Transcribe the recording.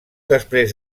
després